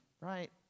right